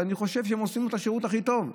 ואני חושב שהם עושים לו את השירות הכי טוב.